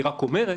היא רק אומרת